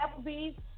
Applebee's